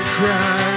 cry